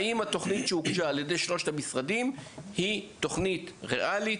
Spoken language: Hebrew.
האם התוכנית שהוגשה על ידי שלושת המשרדים היא תוכנית ריאלית,